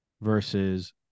versus